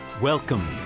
Welcome